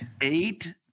eight